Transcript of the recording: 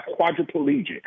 quadriplegic